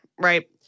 Right